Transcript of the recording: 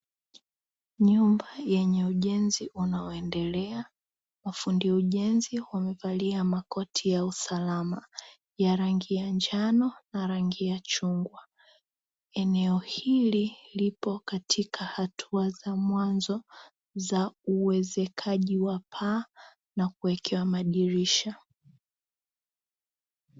Nyumba yenye ujenzi unaoendelea, mafundi ujenzi wamevalia makoti ya usalama ya rangi ya njano na rangi ya chungwa. Eneo hili lipo katika hatua za mwanzo za uwezekaji wa paa na kuwekewa madirisha.